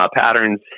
patterns